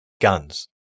guns